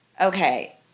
okay